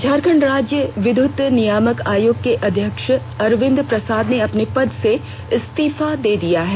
झारखंड राज्य विद्युत नियामक आयोग के अध्यक्ष अरविंद प्रसाद ने अपने पद से इस्तीफा दे दिया है